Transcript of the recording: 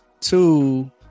two